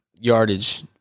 yardage